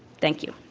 thank you.